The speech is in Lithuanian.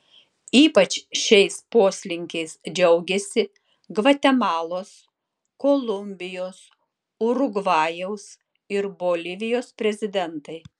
ypač šiais poslinkiais džiaugiasi gvatemalos kolumbijos urugvajaus ir bolivijos prezidentai